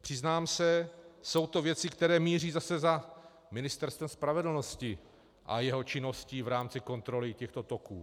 Přiznám se, že jsou to věci, které míří zase za Ministerstvem spravedlnosti a jeho činností v rámci kontroly těchto toků.